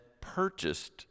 purchased